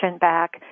back